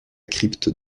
crypte